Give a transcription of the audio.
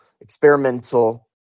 experimental